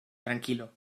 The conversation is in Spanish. tranquilo